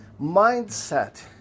mindset